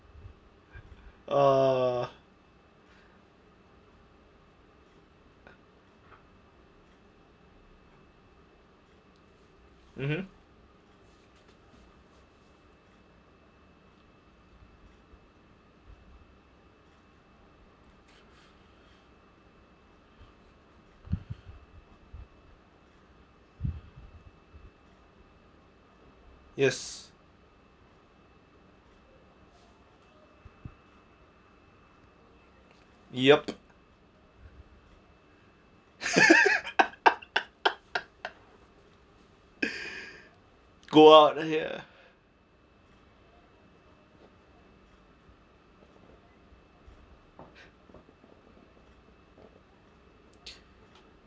ah mmhmm yes yup go out of here